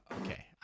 Okay